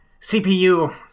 CPU